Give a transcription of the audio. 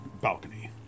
balcony